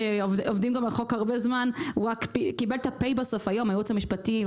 כשעובדים על חוק הרבה זמן היום הוא קיבל את ה-פ' מהייעוץ המשפטי.